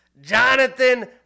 Jonathan